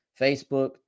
Facebook